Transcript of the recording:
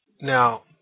Now